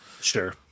Sure